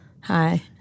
Hi